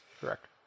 correct